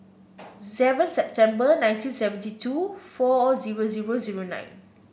seven September nineteen seventy two four zero zero zero nine